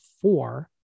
four